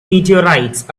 meteorites